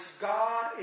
God